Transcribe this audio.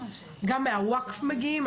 גם מהווקף מגיעים,